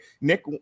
nick